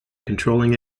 controlling